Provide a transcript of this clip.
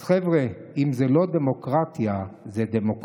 אז חבר'ה, אם זו לא דמוקרטיה, זו דמוקרציה.